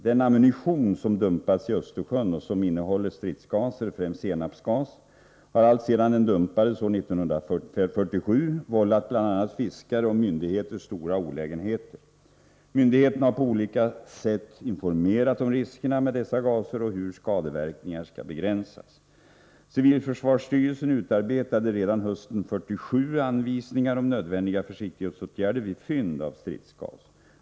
Den ammunition som dumpats i Östersjön och som innehåller stridsgaser, främst senapsgas, har alltsedan den dumpades år 1947 vållat bl.a. fiskare och myndigheter stora olägenheter. Myndigheterna har på olika sätt informerat om riskerna med dessa gaser och hur skadeverkningar skall begränsas. Civilförsvarsstyrelsen utarbetade redan hösten 1947 anvisningar om nödvändiga försiktighetsåtgärder vid fynd av stridsgas.